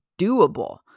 doable